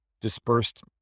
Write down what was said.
dispersed